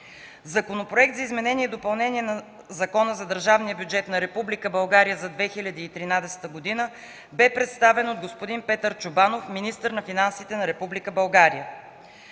Законопроектът за изменение и допълнение на Закона за държавния бюджет на Република България за 2013 г. бе представен от господин Петър Чобанов – министър на финансите на